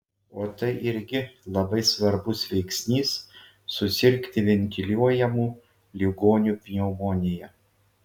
o tai irgi labai svarbus veiksnys susirgti ventiliuojamų ligonių pneumonija